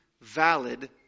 valid